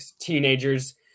teenagers